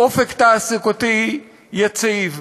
באופק תעסוקתי יציב.